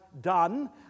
done